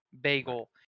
Bagel